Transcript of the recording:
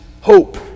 hope